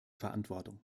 verantwortung